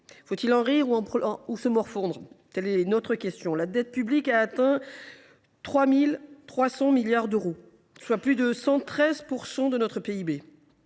Faut il en rire ou se morfondre ? Telle est la question. La dette publique a atteint 3 300 milliards d’euros, soit plus de 113 % de notre PIB,